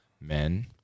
men